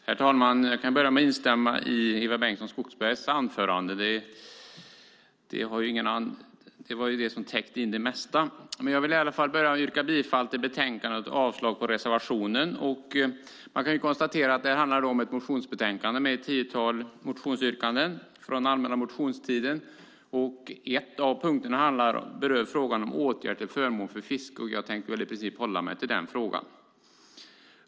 Herr talman! Jag kan börja med att instämma i Eva Bengtson Skogsbergs anförande, då det täckte in det mesta. Jag vill yrka bifall till förslaget i betänkandet och avslag på reservationen. Man kan konstatera att detta är ett motionsbetänkande med ett tiotal motionsyrkanden från allmänna motionstiden. En av punkterna berör frågan om åtgärder till förmån för fiske, och jag tänkte i princip hålla mig till den frågan.